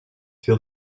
feel